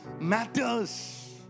matters